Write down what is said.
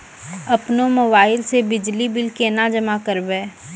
अपनो मोबाइल से बिजली बिल केना जमा करभै?